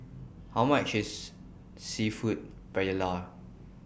How much IS Seafood Paella